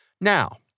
Now